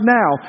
now